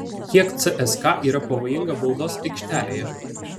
kiek cska yra pavojinga baudos aikštelėje